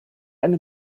eine